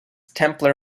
templar